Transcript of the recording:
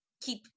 keep